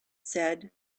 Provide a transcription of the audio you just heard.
said